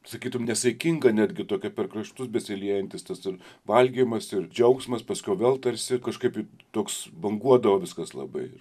sakytum nesaikinga netgi tokia per kraštus besiliejantis tas valgymas ir džiaugsmas paskiau vėl tarsi kažkaip toks banguodavo viskas labai